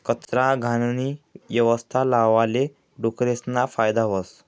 कचरा, घाणनी यवस्था लावाले डुकरेसना फायदा व्हस